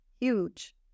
Huge